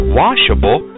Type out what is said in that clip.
washable